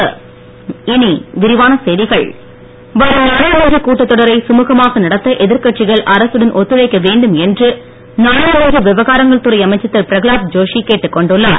ஜோஷி வரும் நாடாளுமன்ற கூட்டத் தொடரை சுழகமாக நடத்த எதிர்கட்சிகள் அரசுடன் ஒத்துழைக்க வேண்டும் என்று நாடாளுமன்ற விவகாரங்கள் துறை அமைச்சர் திரு பிரகலாத் ஜோஷி கேட்டுக் கொண்டுள்ளார்